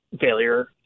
failure